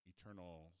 eternal